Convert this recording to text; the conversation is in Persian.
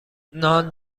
نان